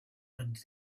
and